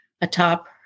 Atop